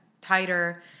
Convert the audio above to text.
tighter